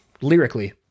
lyrically